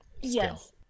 Yes